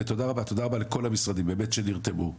ותודה רבה לכל המשרדים באמת שנרתמו.